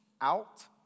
Out